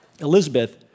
Elizabeth